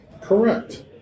Correct